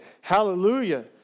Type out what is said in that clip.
Hallelujah